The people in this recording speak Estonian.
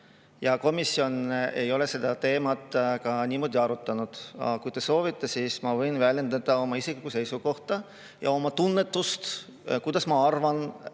ja komisjon ei ole seda teemat niimoodi arutanud. Aga kui te soovite, siis ma võin väljendada oma isiklikku seisukohta ja tunnetust, mida ma arvan,